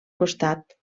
costat